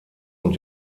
und